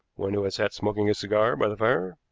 one who had sat smoking a cigar by the fire,